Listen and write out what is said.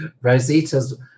Rosita's